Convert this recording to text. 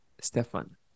Stefan